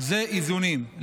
היא איזונים,